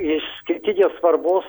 išskirtinės svarbos